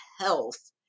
health